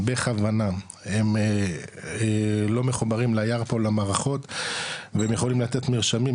בכוונה הם לא מחוברים למערכות פה והם יכולים לתת מרשמים,